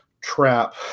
trap